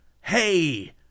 hey